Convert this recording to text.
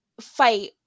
fight